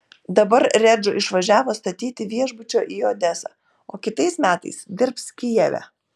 dabar redžo išvažiavo statyti viešbučio į odesą o kitais metais dirbs kijeve